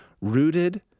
rooted